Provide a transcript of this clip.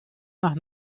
nach